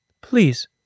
Please